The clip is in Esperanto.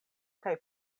kaj